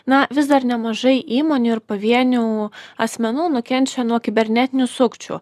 na vis dar nemažai įmonių ir pavienių asmenų nukenčia nuo kibernetinių sukčių